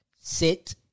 Sit